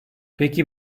peki